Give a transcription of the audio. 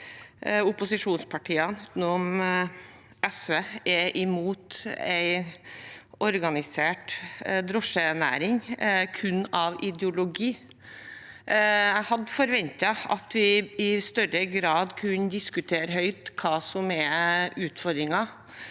opposisjonspartiene, utenom SV, er imot en organisert drosjenæring kun ut fra ideologi. Jeg hadde forventet at vi i større grad kunne diskutere høyt hva som er utfordringen.